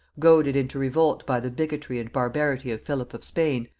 goaded into revolt by the bigotry and barbarity of philip of spain,